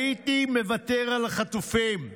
"מוותר על החטופים,